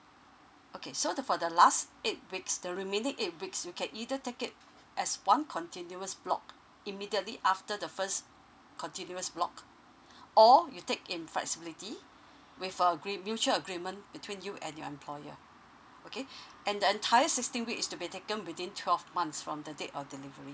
okay so the for the last eight weeks the remaining eight weeks you can either take it as one continuous block immediately after the first continuous block or you take in flexibility with a agree~ mutual agreement between you and your employee okay and the entire sixteen weeks to be taken within twelve months from the date of delivery